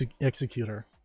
executor